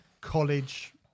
college